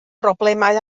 broblemau